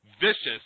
vicious